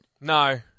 No